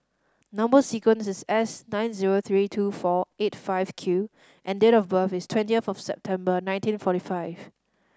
number sequence is S nine zero three two four eight five Q and date of birth is twenty of September nineteen forty five